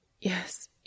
Yes